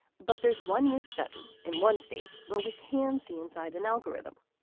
but there's one new study in one state where we can see inside an algorithm.